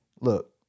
look